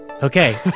Okay